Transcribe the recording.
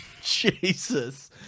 Jesus